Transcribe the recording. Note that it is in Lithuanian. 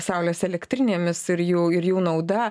saulės elektrinėmis ir jų ir jų nauda